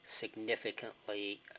significantly